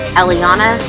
eliana